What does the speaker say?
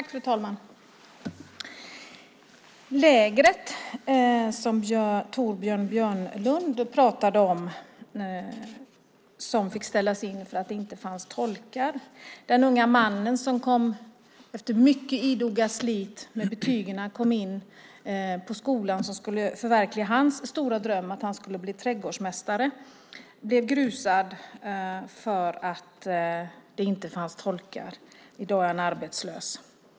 Fru talman! Torbjörn Björlund talade om lägret som fick ställas in för att det inte fanns tolkar. Det handlar också om den unga mannen som efter mycket idogt slit med betygen kom in på skolan som skulle förverkliga hans stora dröm att bli trädgårdsmästare. Hans dröm blev grusad för att det inte fanns tolkar. I dag är han arbetslös.